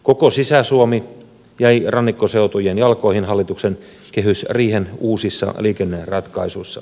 koko sisä suomi jäi rannikkoseutujen jalkoihin hallituksen kehysriihen uusissa liikenneratkaisuissa